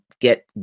get